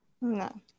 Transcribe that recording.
no